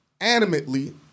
animately